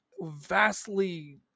vastly